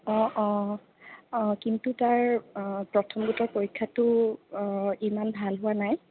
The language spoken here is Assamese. অঁ অঁ অঁ কিন্তু তাৰ প্ৰথম গোটৰ পৰীক্ষাটো ইমান ভাল হোৱা নাই